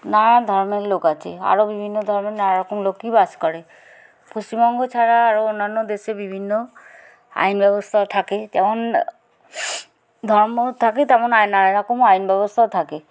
নানা ধর্মের লোক আছে আরও বিভিন্ন ধর্মের নানারকম লোকই বাস করে পশ্চিমবঙ্গ ছাড়া আরও অন্যান্য দেশে বিভিন্ন আইন ব্যবস্থাও থাকে যেমন ধর্ম থাকে তেমন নানারকমও আইন ব্যবস্থাও থাকে